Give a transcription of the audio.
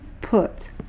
put